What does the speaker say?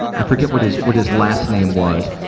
i forget what his, what his last name was.